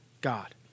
God